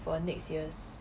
for next year's